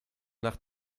nach